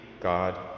God